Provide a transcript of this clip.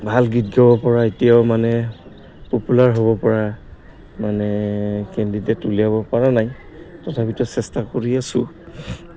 ভাল গীত গাব পৰা এতিয়াও মানে পপুলাৰ হ'ব পৰা মানে কেণ্ডিডেট উলিয়াব পৰা নাই তথাপিতো চেষ্টা কৰি আছোঁ